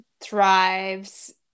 thrives